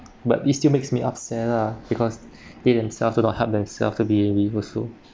but this still makes me upset lah because they themselves do not help themselves to be